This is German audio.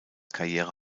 karriere